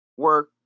work